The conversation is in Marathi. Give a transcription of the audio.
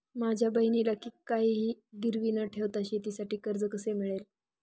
माझ्या बहिणीला काहिही गिरवी न ठेवता शेतीसाठी कर्ज कसे मिळेल?